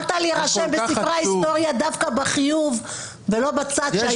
יכולת להירשם בספרי ההיסטוריה דווקא בחיוב ולא בצד שהיום אתה נמצא.